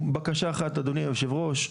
אדוני יושב הראש,